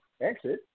exit